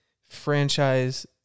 franchise